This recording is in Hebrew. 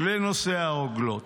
לנושא הרוגלות,